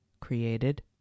created